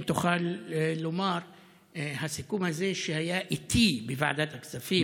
אם תוכל לומר הסיכום הזה שהיה איתי בוועדת הכספים,